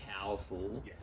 powerful